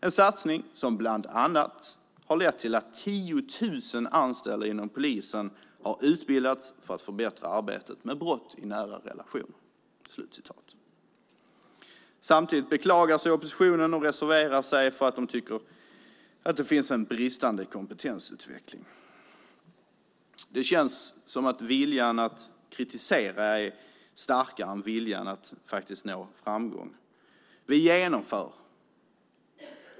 En satsning som bland annat har lett till att 10 000 anställda inom polisen har utbildats för att förbättra arbetet med brott i nära relationer." Samtidigt beklagar sig oppositionen och reserverar sig för att de tycker att det finns en bristande kompetens. Det känns som om viljan att kritisera är starkare än viljan att nå framgång. Vi genomför.